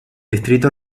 distrito